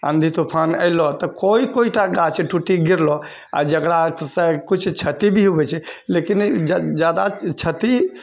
आँधी तूफान अएलऽ तऽ कोइ कोइटा गाछ टूटिके गिरलऽ आओर जकरासँ किछु क्षति भी होइ छै लेकिन ज्यादा क्षति